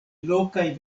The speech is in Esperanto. lokaj